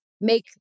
make